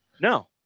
no